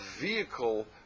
vehicle